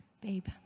babe